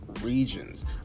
regions